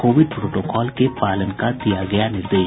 Covid protocol के पालन का दिया गया निर्देश